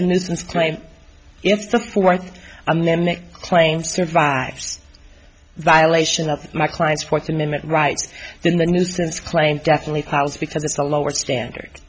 nuisance claim it's the fourth amendment claim survives violation of my client's fourth amendment rights then the nuisance claim definitely falls because it's a lower standard